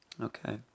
Okay